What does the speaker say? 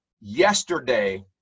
Yesterday